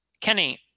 Kenny